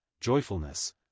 joyfulness